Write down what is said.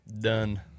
Done